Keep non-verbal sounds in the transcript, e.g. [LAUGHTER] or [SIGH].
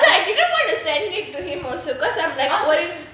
[NOISE] I didn't want to send it to him also because I'm like what if